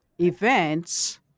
events